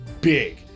big